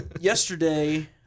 yesterday